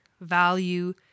value